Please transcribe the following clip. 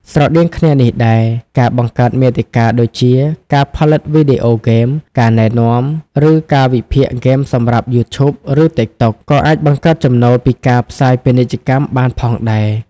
ស្រដៀងគ្នានេះដែរ ការបង្កើតមាតិកាដូចជា ការផលិតវីដេអូហ្គេម ការណែនាំ ឬការវិភាគហ្គេមសម្រាប់ យូធូប ឬតិកតុក ក៏អាចបង្កើតចំណូលពីការផ្សាយពាណិជ្ជកម្មបានផងដែរ។